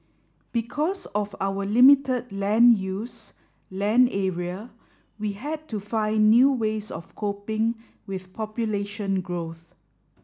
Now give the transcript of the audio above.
because of our limited land use land area we had to find new ways of coping with population growth